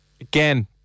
Again